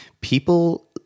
People